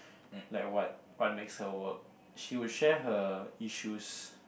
like what what makes her work she will share her issues